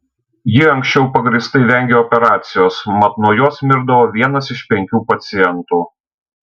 ji anksčiau pagrįstai vengė operacijos mat nuo jos mirdavo vienas iš penkių pacientų